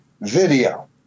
video